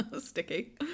Sticky